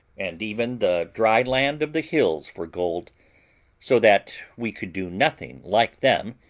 and even the dry land of the hills for gold so that we could do nothing like then,